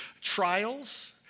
trials